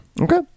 Okay